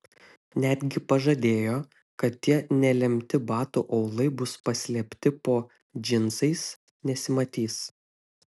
netgi pažadėjo kad tie nelemti batų aulai bus paslėpti po džinsais nesimatys